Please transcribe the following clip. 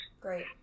Great